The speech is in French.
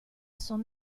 son